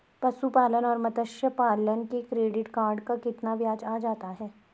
पशुपालन और मत्स्य पालन के क्रेडिट कार्ड पर कितना ब्याज आ जाता है?